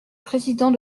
président